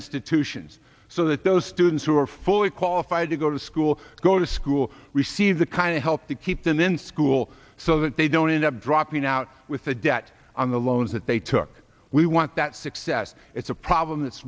institutions so that those students who are fully qualified to go to school go to school receive the kind of help to keep them in school so that they don't end dropping out with the debt on the loans that they took we want that success it's a problem that's